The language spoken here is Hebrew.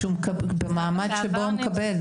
במעמד שהוא מקבל.